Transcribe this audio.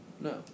No